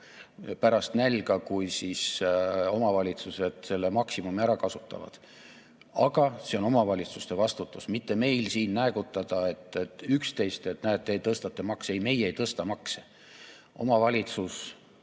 sellepärast nälga, kui omavalitsused selle maksimumi ära kasutavad. Aga see on omavalitsuste vastutus ja meil [ei maksa] siin näägutada üksteist, et näete, te tõstate makse. Ei, meie ei tõsta makse. Omavalitsus